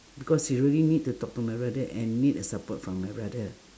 because really need to talk to my brother and need a support from my brother